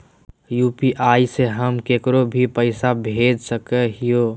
UPI से हम केकरो भी पैसा भेज सको हियै?